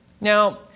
Now